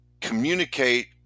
communicate